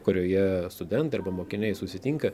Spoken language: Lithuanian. kurioje studentai arba mokiniai susitinka